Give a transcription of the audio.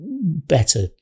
Better